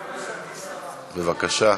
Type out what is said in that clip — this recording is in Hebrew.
בבקשה.